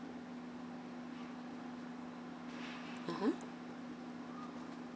mmhmm